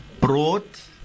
Brought